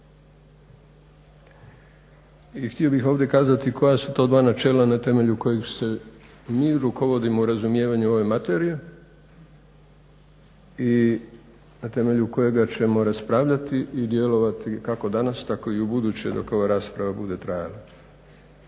Htio bih ovdje kazati koja su to dva načela na temelju kojih se mi rukovodimo u razumijevanju ove materije i na temelju kojega ćemo raspravljati i djelovati kako danas, tako i ubuduće dok ova rasprava bude trajala.